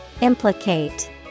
Implicate